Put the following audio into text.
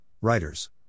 Writers